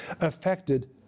affected